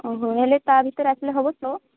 ଓ ହୋ ହେଲେ ତା ଭିତରେ ଆସିଲେ ହେବ ତ